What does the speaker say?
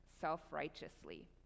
self-righteously